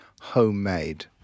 Homemade